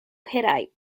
hittite